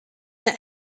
that